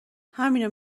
همینو